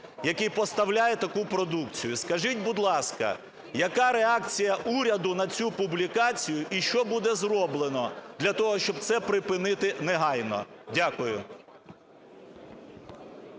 який поставляє таку продукцію. Скажіть, будь ласка, яка реакція уряду на цю публікацію, і що буде зроблено для того, щоб це припинити негайно? Дякую.